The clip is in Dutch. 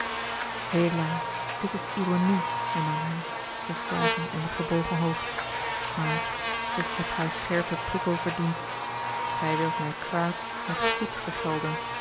helaas dit is ironie hernam hij verslagen en met gebogen hoofd maar ik heb haar scherpen prikkel verdiend gij wilt mij kwaàd met goed vergelden